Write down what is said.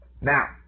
Now